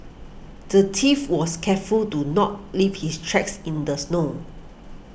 the thief was careful to not leave his tracks in the snow